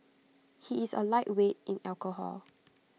he is A lightweight in alcohol